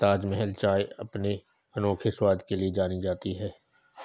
ताजमहल चाय अपने अनोखे स्वाद के लिए जानी जाती है